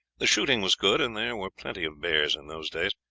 the shooting was good, and there were plenty of bears in those days,